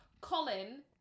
colin